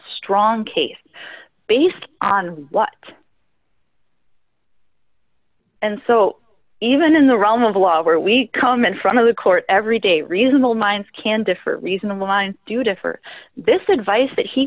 strong case based on what and so even in the realm of the law where we come in front of the court every day reasonable minds can differ reasonable mine do differ this advice that he